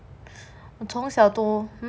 从小都